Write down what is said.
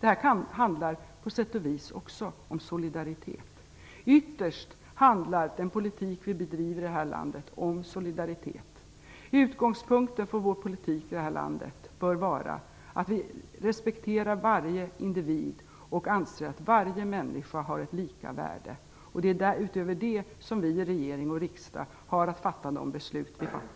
Detta handlar på sätt och vis också om solidaritet. Ytterst handlar den politik som vi bedriver i det här landet om solidaritet. Utgångspunkten för politiken i vårt land bör vara att vi respekterar varje individ och anser att alla människor har lika värde. Det är på grundval av det som vi i regering och riksdag har att fatta våra beslut.